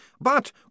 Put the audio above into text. But